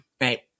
right